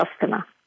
customer